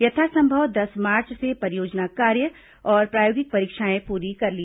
यथासंभव दस मार्च तक परियोजना कार्य और प्रायोगिक परीक्षाएं पूरी कर ली जाएंगी